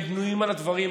הם בנויים על הדברים האלה,